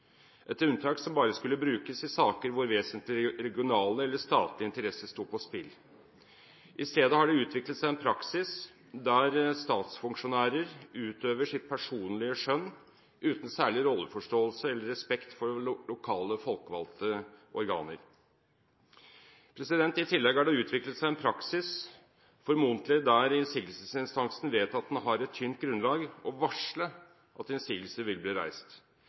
et unntak som bare skulle brukes i saker hvor vesentlige regionale eller statlige interesser sto på spill. I stedet har det utviklet seg en praksis der statsfunksjonærer utøver sitt personlige skjønn uten særlig rolleforståelse eller respekt for lokale, folkevalgte organer. I tillegg har det utviklet seg en praksis, formodentlig, der innsigelsesinstansen vet at den har et tynt grunnlag for å varsle at innsigelse vil bli reist.